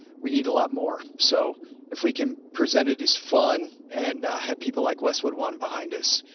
we need a lot more, so if we can present it as fun and have people like westwood one behind us,